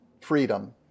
freedom